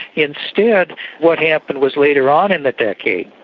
instead what happened was later on in the decade,